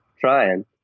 Trying